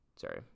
sorry